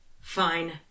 Fine